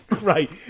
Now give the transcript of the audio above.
Right